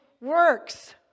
works